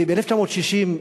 ב-1960,